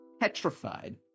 petrified